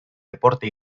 deporte